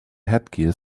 headgear